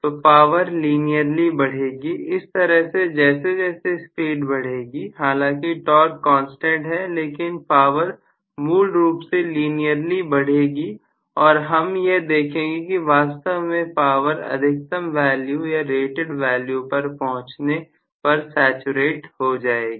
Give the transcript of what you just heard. तो power linearly बढ़ेगी इस तरह से जैसे जैसे स्पीड बढ़ेगी हालांकि टॉर्क कांस्टेंट है लेकिन पावर मूल रूप से लिनियली बढ़ेगी और हम यह देखेंगे कि वास्तव में पावर अधिकतम वैल्यू या रेटेड वैल्यू पर पहुंचने पर सैचुरेट हो जाएगी